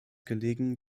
gelegen